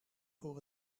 voor